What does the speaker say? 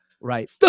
Right